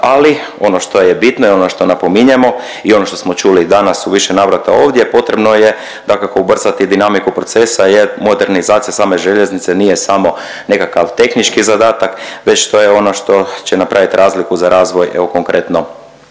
ali ono što je bitno i ono što napominjemo i ono što smo čuli danas u više navrata ovdje potrebno je dakako ubrzati dinamiku procesa jer modernizacija same željeznice nije samo nekakav tehnički zadatak već to je ono što će napravit razliku za razvoj evo konkretno